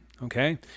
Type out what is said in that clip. Okay